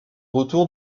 retour